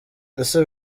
ese